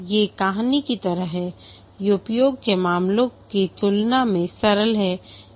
ये कहानी की तरह हैं ये उपयोग के मामलों की तुलना में सरल हैं